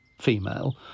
female